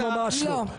שנים לא ממש לא,